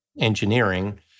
engineering